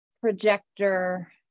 projector